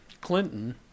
Clinton